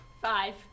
five